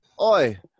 Oi